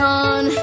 on